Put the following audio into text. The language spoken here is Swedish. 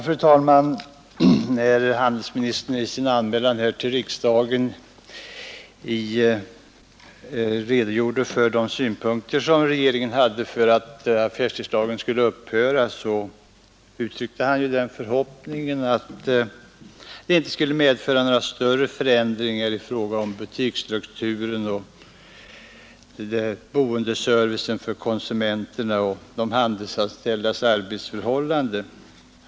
Fru talman! När handelsministern i sin anmälan till riksdagen redogjorde för de skäl som regeringen hade för att affärstidslagen skulle upphöra att gälla uttryckte han förhoppningen att slopandet av affärstidslagen inte skulle medföra några större förändringar i fråga om butiksstrukturen, boendeservicen för konsumenterna och de handelsanställdas arbetsförhållanden.